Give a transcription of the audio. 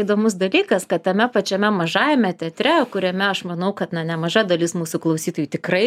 įdomus dalykas kad tame pačiame mažajame teatre kuriame aš manau kad na nemaža dalis mūsų klausytojų tikrai